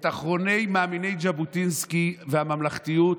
את אחרוני מאמיני ז'בוטינסקי והממלכתיות,